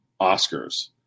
Oscars